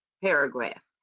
paragraph